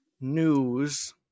news